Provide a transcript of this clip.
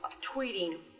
tweeting